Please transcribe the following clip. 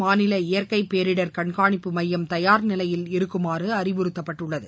மாநில இயற்கை பேரிடம் கண்காணிப்பு மையம் தயார் நிலையில் இருக்குமாறு அறிவுறுத்தப்பட்டுள்ளது